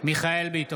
מיכאל מרדכי ביטון,